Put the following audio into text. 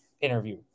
interview